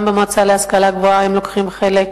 גם במועצה להשכלה גבוהה הם לוקחים חלק.